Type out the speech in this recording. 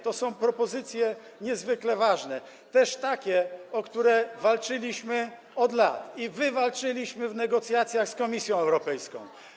To są propozycje niezwykle ważne, też takie, o które walczyliśmy od lat i które wywalczyliśmy w negocjacjach z Komisją Europejską.